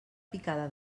picada